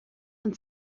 und